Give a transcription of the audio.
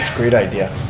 great idea.